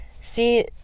see